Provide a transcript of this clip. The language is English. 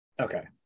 okay